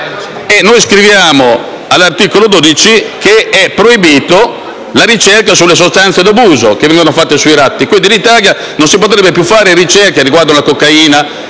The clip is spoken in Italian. e noi scriviamo, all'articolo 12, che è proibita la ricerca sulle sostanze d'abuso condotta sui ratti. In Italia, quindi, non si potrebbe più fare ricerca riguardo la cocaina,